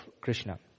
Krishna